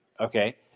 Okay